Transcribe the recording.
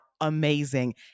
amazing